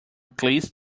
cleanse